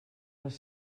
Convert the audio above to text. les